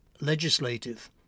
legislative